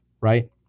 right